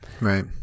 Right